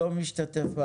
לא משתתף.